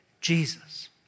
Jesus